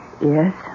Yes